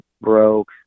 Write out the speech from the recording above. broke